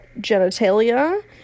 genitalia